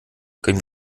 können